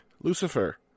Lucifer